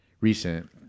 recent